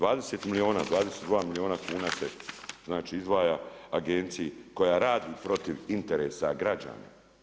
20 milijuna, 22 milijuna kuna se znači izdvaja agenciji koja radi protiv interesa građana.